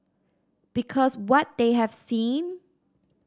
because what they have seen